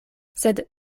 sed